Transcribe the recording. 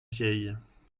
vieilles